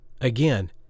Again